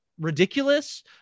ridiculous